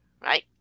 right